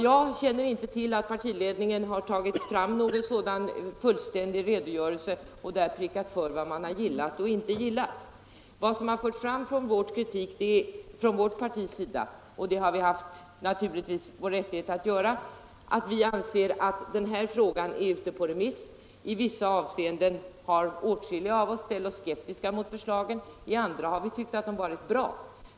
Jag känner inte till att partiledningen lagt fram någon sådan fullständig redogörelse, där man prickat för vad man gillar och vad man inte gillar. Den kritik som från vårt partis sida har framförts — och den kritiken har vi naturligtvis varit i vår fulla rätt att framföra — innebär att åtskilliga av oss ställt oss skeptiska mot en del av förslagen, medan vi ansett att andra förslag är bra.